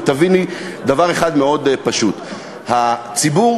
אבל תביני דבר אחד מאוד פשוט: הציבור